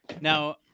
now